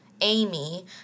Amy